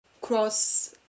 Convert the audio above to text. cross